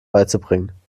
beizubringen